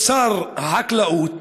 את שר החקלאות,